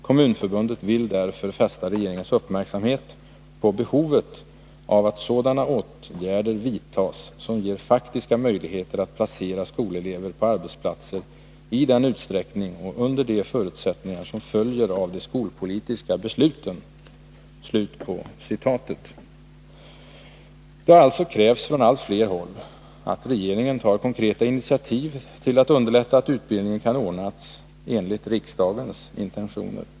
Kommunförbundet vill därför fästa regeringens uppmärksamhet på behovet av att sådana åtgärder vidtas som ger faktiska möjligheter att placera skolelever på arbetsplatser i den utsträckning och under de förutsättningar som följer av de skolpolitiska besluten.” Det har krävts från allt fler håll att regeringen skall ta konkreta initiativ till att underlätta att utbildningen kan ordnas enligt riksdagens intentioner.